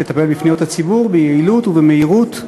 לטפל בפניות הציבור ביעילות ובמהירות,